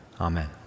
Amen